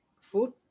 food